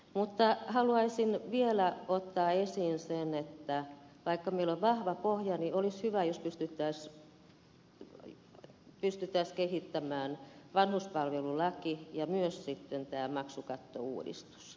mutta haluaisin vielä ottaa esiin sen että vaikka meillä on vahva pohja niin olisi hyvä jos pystyttäisiin kehittämään vanhuspalvelulaki ja myös sitten tämä maksukattouudistus